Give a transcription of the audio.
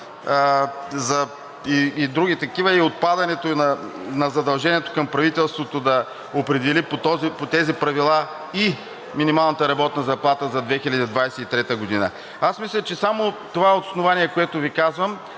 и други такива, и на отпадането на задължението към правителството да определи по тези правила и минималната работна заплата за 2023 г. Аз мисля, че само това основание, което Ви казвам,